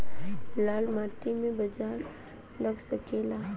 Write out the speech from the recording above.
लाल माटी मे बाजरा लग सकेला?